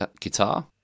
guitar